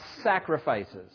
sacrifices